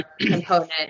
component